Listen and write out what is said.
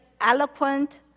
eloquent